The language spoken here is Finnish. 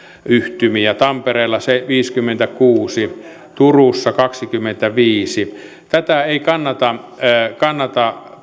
yhtymiä tampereella viisikymmentäkuusi turussa kaksikymmentäviisi tätä ei kannata kannata